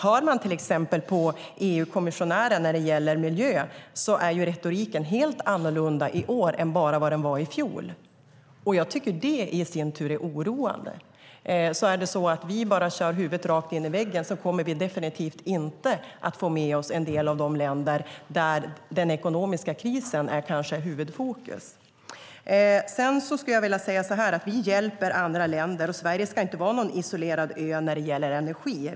Hör man på EU-kommissionären när det gäller miljö är retoriken helt annorlunda i år jämfört med vad den var bara i fjol. Jag tycker att det i sin tur är oroande. Om vi bara kör huvudet rakt in i väggen kommer vi definitivt inte att få med oss en del av de länder där den ekonomiska krisen kanske är huvudfokus. Vi hjälper andra länder, och Sverige ska inte vara någon isolerad ö när det gäller energi.